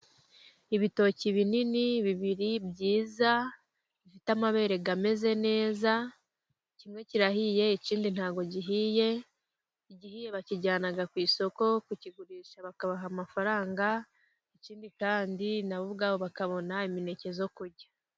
Ibitoki binini bibiri byiza bifite amabere ameze neza kimwe kirahiye, ikindi ntabwo gihiye; igihiye bakijyana ku isoko ku kigurisha, bakabaha amafaranga ikindi kandi nabo ubwabo bakabona imineke zo kurya.